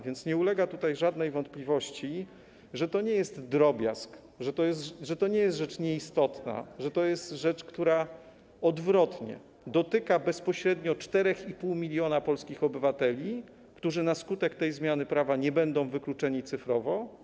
Więc nie ulega tutaj żadnej wątpliwości, że to nie jest drobiazg, że to nie jest rzecz nieistotna, że to jest rzecz, która - odwrotnie - dotyka bezpośrednio 4,5 mln polskich obywateli, którzy na skutek tej zmiany prawa nie będą wykluczeni cyfrowo.